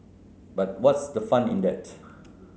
but what's the fun in that